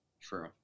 true